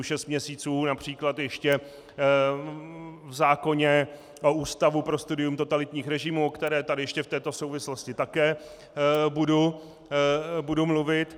Šest měsíců například ještě v zákoně o Ústavu pro studium totalitních režimů, o kterém tady ještě v této souvislosti také budu mluvit.